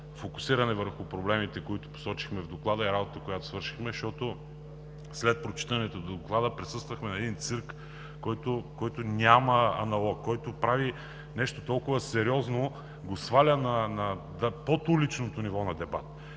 фокусиране върху проблемите, които посочихме в Доклада, и работата, която свършихме, защото след прочитането на Доклада присъствахме на един цирк, който няма аналог, който нещо толкова сериозно го сваля под уличното ниво на дебат.